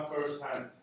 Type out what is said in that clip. first-hand